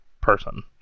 person